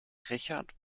richard